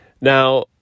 Now